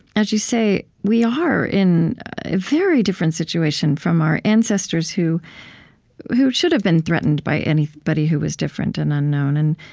as you say, we are in a very different situation from our ancestors who who should have been threatened by anybody who was different and unknown and